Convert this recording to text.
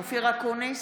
אופיר אקוניס,